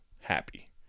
happy